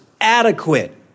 adequate